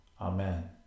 Amen